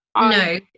no